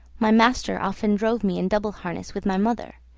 my master often drove me in double harness with my mother,